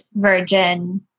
virgin